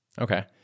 okay